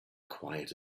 quiet